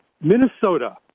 Minnesota